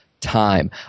time